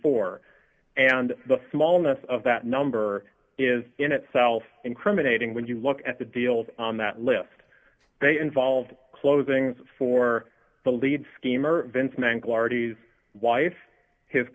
four and the smallness of that number is in itself incriminating when you look at the deals on that list they involved closings for the lead schemer vince